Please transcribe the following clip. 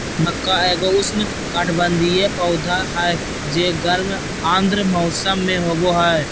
मक्का एगो उष्णकटिबंधीय पौधा हइ जे गर्म आर्द्र मौसम में होबा हइ